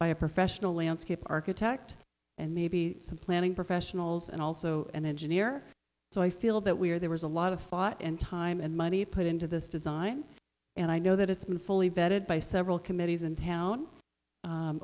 by a professional landscape architect and maybe some planning professionals and also an engineer so i feel that we are there was a lot of thought and time and money put into this design and i know that it's been fully vetted by several committees in town